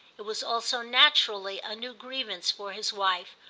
it was also naturally a new grievance for his wife,